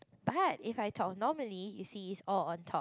but if I talk normally you see it's all on top